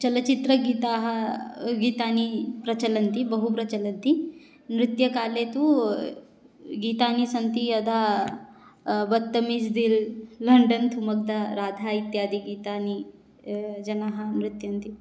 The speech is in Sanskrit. चलचित्रगीतानि प्रचलन्ति बहु प्रचलन्ति नृत्यकाले तु गीतानि सन्ति यदा बत्तमीज़् दिल् लण्डन् थुमग्दा राधा इत्यादि गीतानि जनाः नृत्यन्ति